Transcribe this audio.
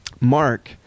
Mark